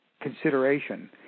consideration